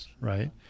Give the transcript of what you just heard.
right